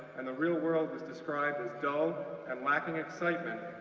and the real world was described as dull and lacking excitement,